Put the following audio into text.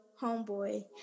homeboy